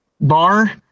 bar